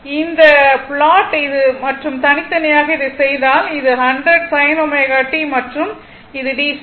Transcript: இந்த ப்ளாட் இது மற்றும் தனித்தனியாக இதைச் செய்தால் இது 100 sin ω t மற்றும் இது DC ஆகும்